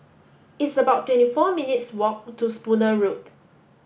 it's about twenty four minutes' walk to Spooner Road